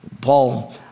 Paul